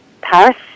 Paris